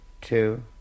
two